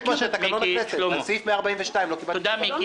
על סעיף 142 לא קיבלתי תשובה.